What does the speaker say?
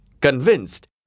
Convinced